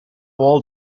old